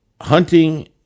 hunting